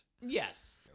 Yes